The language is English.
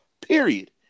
period